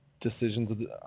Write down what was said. decisions